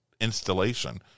installation